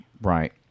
Right